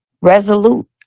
Resolute